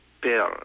bill